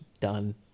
done